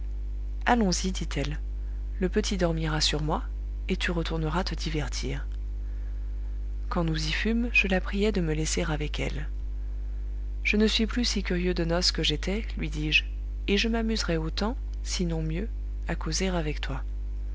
allons-y dit-elle le petit dormira sur moi et tu retourneras te divertir quand nous y fûmes je la priai de me laisser avec elle je ne suis plus si curieux de noces que j'étais lui dis-je et je m'amuserai autant sinon mieux à causer avec toi